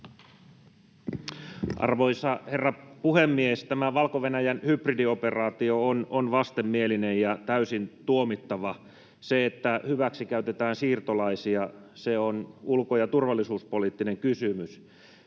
Arvoisa herra puhemies! Tämä Valko-Venäjän hybridioperaatio on vastenmielinen ja täysin tuomittava. Se, että hyväksikäytetään siirtolaisia, on ulko- ja turvallisuuspoliittinen kysymys.